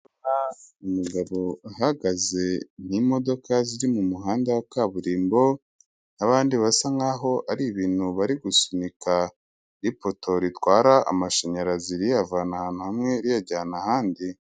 Umugabo uhagaze n'imodoka ziri mu muhanda wa kaburimbo, n'abandi basa nkaho hari ibintu bari gusunika, n'ipoto ritwara amashanyarazi riyavana ahantu hamwe riyajyana ahandi.